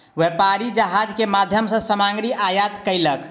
व्यापारी जहाज के माध्यम सॅ सामग्री आयात केलक